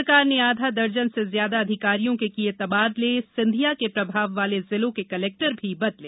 सरकार ने आधा दर्जन से ज्यादा अधिकारियों के किये तबादले सिंधिया के प्रभाव वाले जिलों के कलेक्टर भी बदले